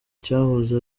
cyahoze